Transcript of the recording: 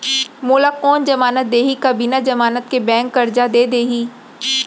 मोला कोन जमानत देहि का बिना जमानत के बैंक करजा दे दिही?